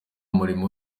murimo